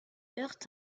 heurte